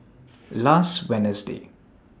last Wednesday